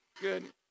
Good